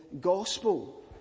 gospel